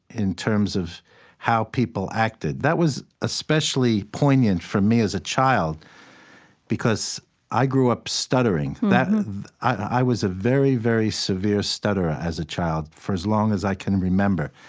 in terms of how people acted. that was especially poignant for me as a child because i grew up stuttering i was a very, very severe stutterer as a child, for as long as i can remember.